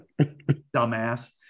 Dumbass